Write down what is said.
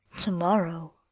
Tomorrow